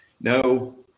No